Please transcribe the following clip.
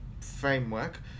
framework